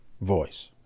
voice